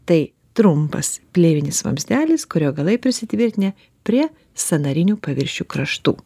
tai trumpas plėvinis vamzdelis kurio galai prisitvirtinę prie sąnarinių paviršių kraštų